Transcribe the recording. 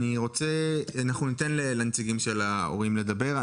אנחנו ניתן לנציגי ההורים לדבר.